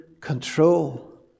control